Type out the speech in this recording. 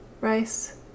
Rice